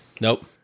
Nope